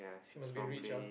she must be rich ah